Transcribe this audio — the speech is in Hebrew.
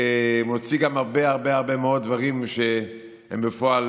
מוציא גם הרבה הרבה הרבה מאוד דברים שהם בפועל